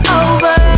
over